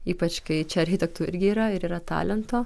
ypač kai čia architektų irgi yra ir yra talento